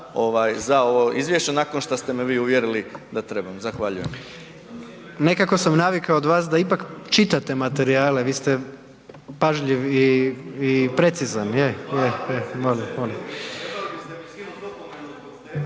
za ovo izvješće nakon što ste me vi uvjereili da trebam. Zahvaljujem. **Jandroković, Gordan (HDZ)** Nekako sam navikao od vas da ipak čitate materijale, vi ste pažljiv i precizan.